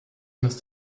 must